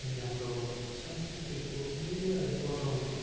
अनि हाम्रो संस्कृतिको मूल्यलाई बचाउने